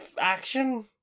action